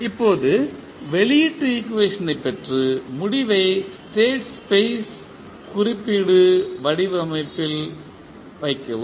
இப்போது வெளியீட்டு ஈக்குவேஷனைப் பெற்று முடிவை ஸ்டேட் ஸ்பேஸ் குறிப்பீடு வடிவமைப்பில் வைக்கவும்